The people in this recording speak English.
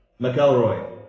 McElroy